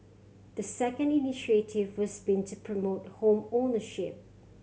the second initiative has been to promote home ownership